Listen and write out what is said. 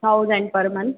thousand per month